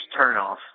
turnoff